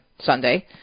Sunday